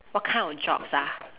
what kind of jobs ah